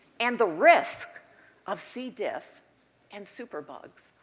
and the risk of c. diff and superbugs.